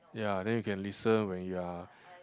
ya then you can listen when you are